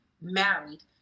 married